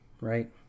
right